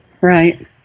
right